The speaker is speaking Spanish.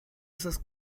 esas